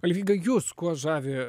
alvyga jus kuo žavi